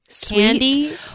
candy